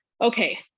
okay